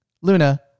Luna